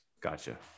Gotcha